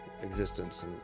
existence